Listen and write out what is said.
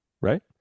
Right